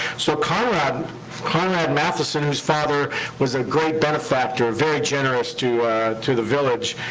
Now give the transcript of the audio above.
so conrad conrad matheson, whose father was a great benefactor, very generous to to the village,